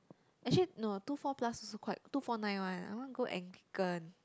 actually no two four plus also quite two four nine one ah I want go Anglican